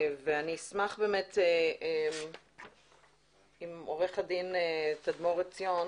אני אשמח אם עורכת הדין תדמור עציון